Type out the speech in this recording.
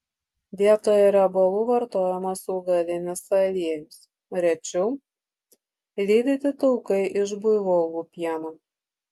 vietoje riebalų vartojamas augalinis aliejus rečiau lydyti taukai iš buivolų pieno